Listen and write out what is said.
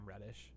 Reddish